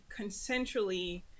consensually